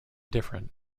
different